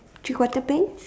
three quarter pants